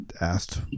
asked